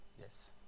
Yes